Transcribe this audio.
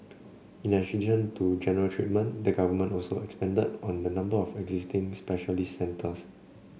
in addition to general treatment the government also expanded on the number of existing specialist centres